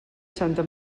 santa